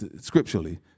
scripturally